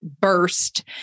burst